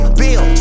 bill